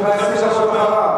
אני לא בטוח שזה מעניין את כולם.